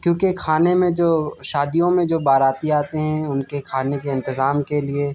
کیونکہ کھانے میں جو شادیوں میں جو باراتی آتے ہیں ان کے کھانے کا انتظام کے لیے